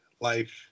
life